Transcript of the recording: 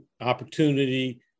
opportunity